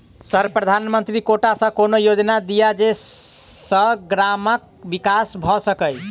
Sir प्रधानमंत्री quota सऽ कोनो योजना दिय जै सऽ ग्रामक विकास भऽ सकै?